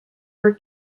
were